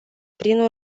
prin